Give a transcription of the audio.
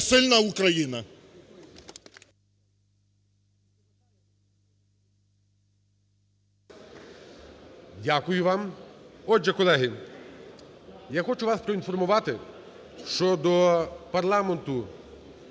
Дякую вам. Отже, колеги, я хочу вас проінформувати, що до парламенту